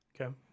Okay